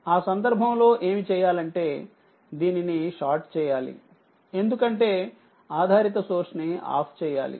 ఆ సందర్భంలో ఏమి చేయాలంటే దీనిని షార్ట్ చేయాలిఎందుకంటే ఆధారిత సోర్స్ ని ఆఫ్ చెయ్యాలి